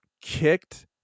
kicked